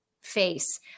face